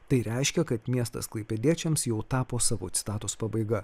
tai reiškia kad miestas klaipėdiečiams jau tapo savo citatos pabaiga